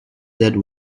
that